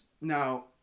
Now